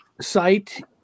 site